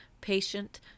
patient